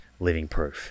livingproof